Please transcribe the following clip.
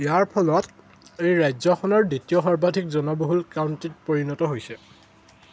ইয়াৰ ফলত ই ৰাজ্যখনৰ দ্বিতীয় সৰ্বাধিক জনবহুল কাউণ্টিত পৰিণত হৈছে